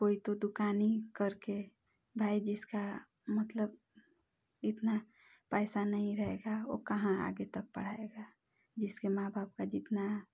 कोई तो दुकान ही करके भाई जिसका मतलब इतना पैसा नहीं रहेगा वो कहाँ आगे तक पढ़ेगा जिसके माँ बाप का जितना है